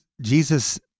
Jesus